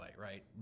Right